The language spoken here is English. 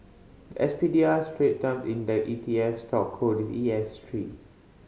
the S P D R Strait Time Index E T F stock code is E S three